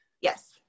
Yes